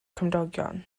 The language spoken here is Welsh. cymdogion